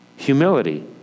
Humility